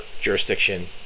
jurisdiction